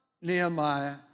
Nehemiah